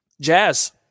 Jazz